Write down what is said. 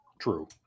True